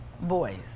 boys